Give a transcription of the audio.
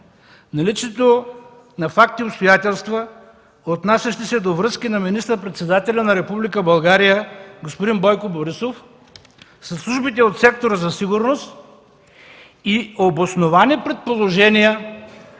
наличието на факти и обстоятелства, отнасящи се до връзки на министър-председателя на Република България господин Бойко Борисов със службите от Сектора за сигурност и обосновани предположения